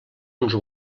uns